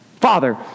Father